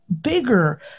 bigger